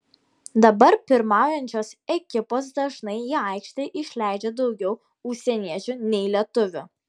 dabar pirmaujančios ekipos dažnai į aikštę išleidžia daugiau užsieniečių nei lietuvių